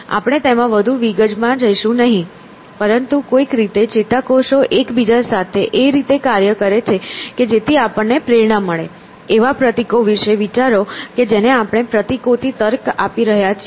આપણે તેમાં વધુ વિગત માં જઈશું નહીં પરંતુ કોઈક રીતે ચેતાકોષો એકબીજા સાથે એ રીતે કાર્ય કરે છે કે જેથી આપણને પ્રેરણા મળે એવા પ્રતીકો વિશે વિચારો કે જેને આપણે પ્રતીકોથી તર્ક આપી રહ્યા છીએ